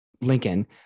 Lincoln